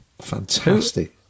fantastic